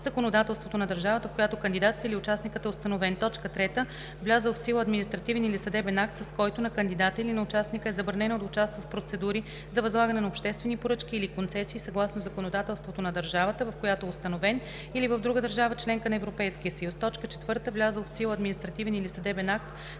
законодателството на държавата, в която кандидатът или участникът е установен; 3. влязъл в сила административен или съдебен акт, с който на кандидата или на участника е забранено да участва в процедури за възлагане на обществени поръчки или концесии съгласно законодателството на държавата, в която е установен, или в друга държава – членка на Европейския съюз; 4. влязъл в сила административен или съдебен акт,